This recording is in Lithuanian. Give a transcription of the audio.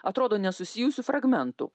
atrodo nesusijusių fragmentų